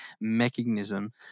mechanism